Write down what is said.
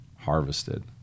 harvested